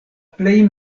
plej